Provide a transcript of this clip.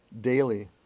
daily